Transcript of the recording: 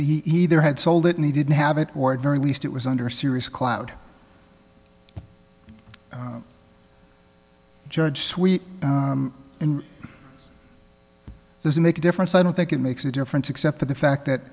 he either had sold it and he didn't have it or at very least it was under serious cloud judge sweet and doesn't make a difference i don't think it makes a difference except for the fact that